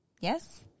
Yes